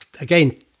again